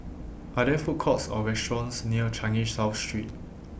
Are There Food Courts Or restaurants near Changi South Street